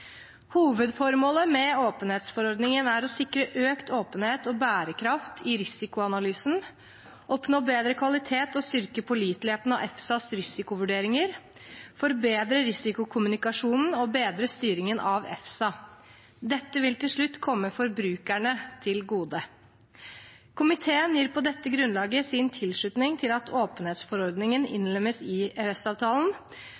Hovedformålet med åpenhetsforordningen er å sikre økt åpenhet og bærekraft i risikoanalysen, oppnå bedre kvalitet og styrke påliteligheten til EFSAs risikovurderinger, forbedre risikokommunikasjonen og bedre styringen av EFSA. Dette vil til slutt komme forbrukerne til gode. Komiteen gir på dette grunnlaget sin tilslutning til at åpenhetsforordningen